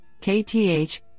KTH